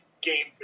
game